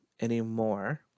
anymore